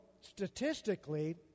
statistically